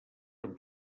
amb